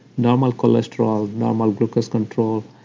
normal cholesterol, normal glucose control.